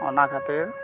ᱚᱱᱟ ᱠᱷᱟᱹᱛᱤᱨ